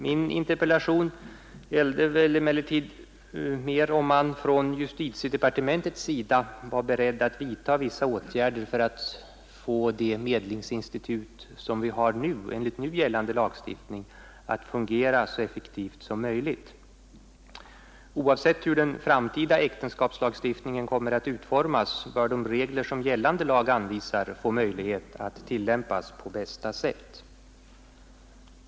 Min interpellation gällde mer om man från justitiedepartementets sida var beredd att vidta vissa åtgärder för att få det medlingsinstitut som vi har enligt nu gällande lagstiftning att fungera så effektivt som möjligt. Oavsett hur den framtida äktenskapslagstiftningen kommer att utformas bör de regler som gällande lag anvisar få möjlighet att tillämpas på bästa sätt.